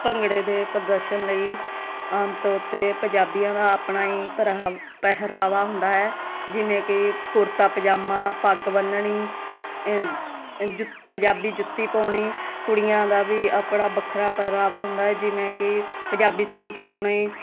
ਭੰਗੜੇ ਦੇ ਪ੍ਰਦਰਸ਼ਨ ਲਈ ਆਮ ਤੌਰ 'ਤੇ ਪੰਜਾਬੀਆਂ ਦਾ ਆਪਣਾ ਹੀ ਪਰਾ ਪਹਿਰਾਵਾ ਹੁੰਦਾ ਹੈ ਜਿਵੇਂ ਕਿ ਕੁੜਤਾ ਪਜਾਮਾ ਪੱਗ ਬੰਨਣੀ ਜੁ ਪੰਜਾਬੀ ਜੁੱਤੀ ਪਾਉਣੀ ਕੁੜੀਆਂ ਦਾ ਵੀ ਆਪਣਾ ਵੱਖਰਾ ਪਹਿਰਾਵਾ ਹੁੰਦਾ ਜਿਵੇਂ ਕਿ ਪੰਜਾਬੀ ਸੂਟ ਪਾਉਣੇ